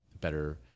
better